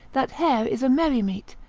that hare is a merry meat,